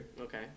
Okay